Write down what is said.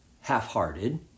half-hearted